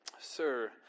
Sir